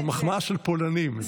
זה מחמאה של פולנים.